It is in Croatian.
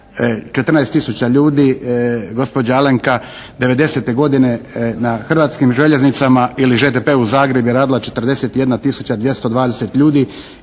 tisuća ljudi. Gospođa Alenka '90. godine na Hrvatskim željeznicama ili ŽDP-u Zagreb je radila 41 tisuća 220 ljudi